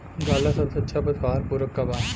गाय ला सबसे अच्छा पशु आहार पूरक का बा?